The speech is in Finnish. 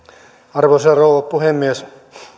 arvoisa rouva puhemies